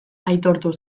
aitortu